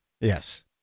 yes